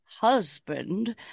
husband